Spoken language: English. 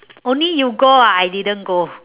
only you go ah I didn't go